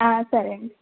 సరే అండి